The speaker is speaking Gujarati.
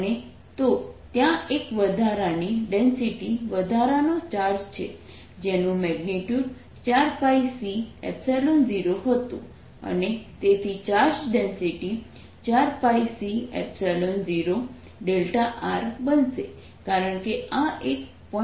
અને તો ત્યાં એક વધારાની ડેન્સિટી વધારાનો ચાર્જ છે જેનું મેગ્નિટ્યુડ 4πC0 હતું અને તેથી ચાર્જ ડેન્સિટી 4πC0 બનશે કારણ કે આ એક પોઇન્ટ ચાર્જ છે